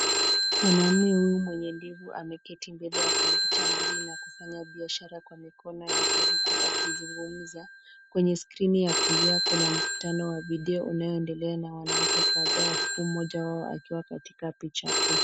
Mwanamume huyu mwenye ndevu ameketi mbele ya kompyuta mbili na kufanya biashara kwa mikono yake huku akizungumza. Kwenye skrini ya kulia kuna mkutano wa video unaoendelea na wanawake kadhaa huku mmoja wao akiwa katika picha kuu.